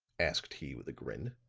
asked he with a grin.